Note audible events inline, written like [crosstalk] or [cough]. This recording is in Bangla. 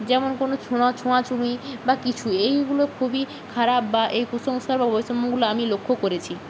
যেমন কোনো [unintelligible] ছোঁয়াছুঁয়ি বা কিছু এইগুলো খুবই খারাপ বা এই কুসংস্কার বা বৈষম্যগুলো আমি লক্ষ্য করেছি